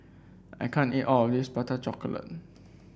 I can't eat all of this Prata Chocolate